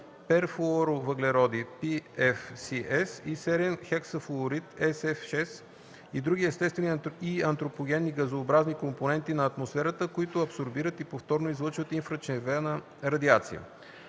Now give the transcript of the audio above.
перфлуоровъглероди (PFCs) и серен хексафлуорид (SF6), и други естествени и антропогенни газообразни компоненти на атмосферата, които абсорбират и повторно излъчват инфрачервена радиация.